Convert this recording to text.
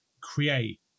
create